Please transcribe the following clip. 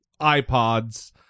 iPods